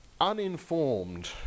uninformed